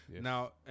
Now